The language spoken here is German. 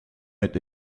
mit